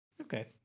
Okay